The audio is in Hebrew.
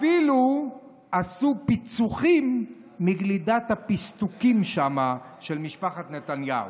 אפילו עשו פיצוחים מגלידת הפיסטוקים של משפחת נתניהו.